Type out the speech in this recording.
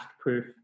proof